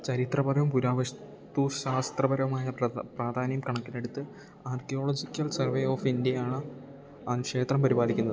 ചരിത്രപരവും പുരാവസ്തു ശാസ്ത്രപരവുമായ പ്രാധാന്യം കണക്കിലെടുത്ത് ആർക്കിയോളജിക്കൽ സർവേ ഓഫ് ഇൻഡ്യയാണ് ക്ഷേത്രം പരിപാലിക്കുന്നത്